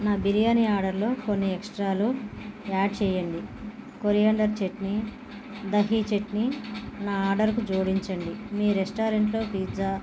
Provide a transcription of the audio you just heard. నా బిర్యానీ ఆర్డర్లో కొన్ని ఎక్స్ట్రా యాడ్ చేయండి కొరియాండర్ చట్నీ దహి చట్నీ నా ఆర్డర్కు జోడించండి మీ రెస్టారెంట్లో పిజ్జా